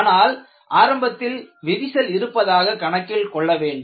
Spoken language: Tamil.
ஆனால் ஆரம்பத்தில் விரிசல் இருப்பதாக கணக்கில் கொள்ள வேண்டும்